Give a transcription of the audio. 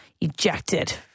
ejected